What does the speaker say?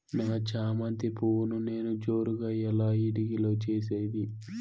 నా చామంతి పువ్వును నేను జోరుగా ఎలా ఇడిగే లో చేసేది?